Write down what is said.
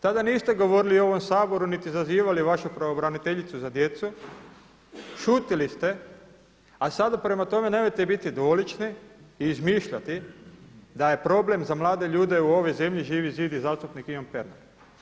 Tada niste govorili u ovom Saboru niti zazivali vašu pravobraniteljicu za djecu, šutili ste a sada prema tome nemojte biti dvolični i izmišljati da je problem za mlade ljude u ovoj zemlji Živi zid i zastupnik Ivan Pernar.